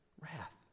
wrath